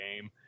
game